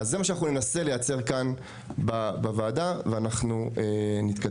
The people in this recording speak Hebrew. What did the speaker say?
אז זה מה שאנחנו ננסה לייצר כאן בוועדה ואנחנו נתקדם.